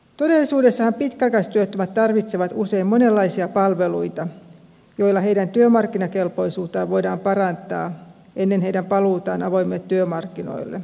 todellisuudessahan pitkäaikaistyöttömät tarvitsevat usein monenlaisia palveluita joilla heidän työmarkkinakelpoisuuttaan voidaan parantaa ennen heidän paluutaan avoimille työmarkkinoille